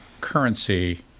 currency